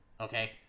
Okay